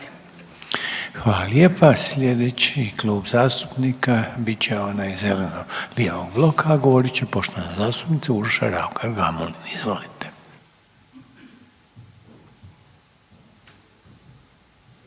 Hvala lijepa. Slijedeći klub zastupnika bit će onaj zeleno-lijevog bloka, a govorit će poštovana zastupnica Urša Raukar Gamulin. Izvolite.